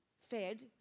fed